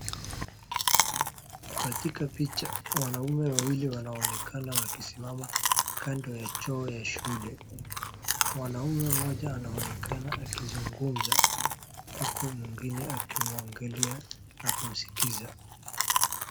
Katika picha wanaume wawili wanaonekana wakisimama kando ya choo ya shule. Mwanaume mmoja anaonekana akizungumza, Huku mwingine akimwangalia na kumsikiza.